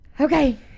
okay